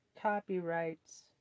copyrights